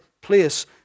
place